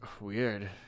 Weird